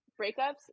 breakups